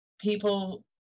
people